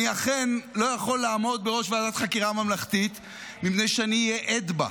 אני אכן לא יכול לעמוד בראש ועדת החקירה הממלכתית מפני שאני אהיה עד בה,